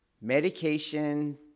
Medication